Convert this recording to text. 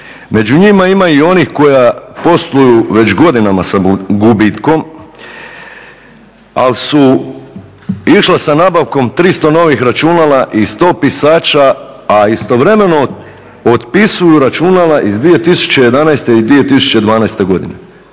Među njima ima i onih koja posluju već godinama sa gubitkom, ali su išla sa nabavkom 300 novih računala i 100 pisača, a istovremeno otpisuju računala iz 2011. i 2012. godine.